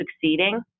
succeeding